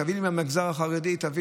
תביא לי מהמגזר החרדי, תביא.